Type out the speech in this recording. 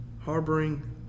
harboring